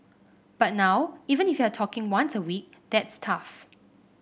but now even if you're talking once a week that's tough